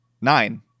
nine